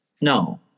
no